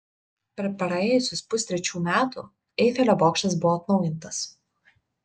per praėjusius pustrečių metų eifelio bokštas buvo atnaujintas